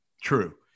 True